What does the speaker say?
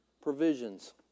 provisions